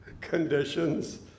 conditions